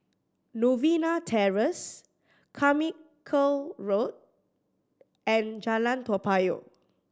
Novena Terrace Carmichael Road and Jalan Toa Payoh